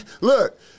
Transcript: Look